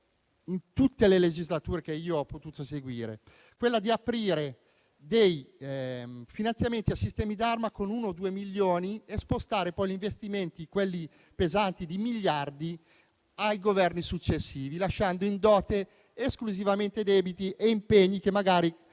in tutte le legislature che ho potuto seguire, ossia quella di aprire finanziamenti a sistemi d'arma con 1 o 2 milioni e spostare poi gli investimenti pesanti di miliardi ai Governi successivi, lasciando in dote esclusivamente debiti e impegni che magari